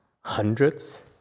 hundreds